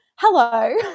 Hello